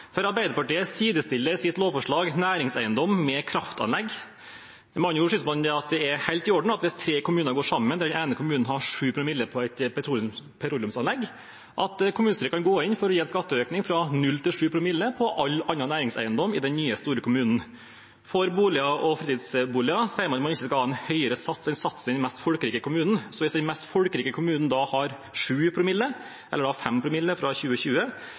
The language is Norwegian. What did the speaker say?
skjedd. Arbeiderpartiet sidestiller i sitt lovforslag næringseiendom og kraftanlegg. Med andre ord synes man det er helt i orden at hvis tre kommuner går sammen og den ene kommunen har 7 promille av petroleumsanlegg, kan kommunestyret gå inn og gi en skatteøkning fra 0 til 7 promille på alle andre næringseiendommer i den nye, store kommunen. For boliger og fritidsboliger sier man at man ikke skal ha en høyere sats enn satsen i den mest folkerike kommunen. Hvis den mest folkerike kommunen har 7 promille, eller 5 promille fra 2020,